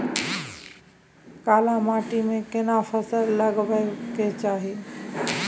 काला माटी में केना फसल लगाबै के चाही?